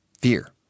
Fear